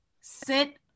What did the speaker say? sit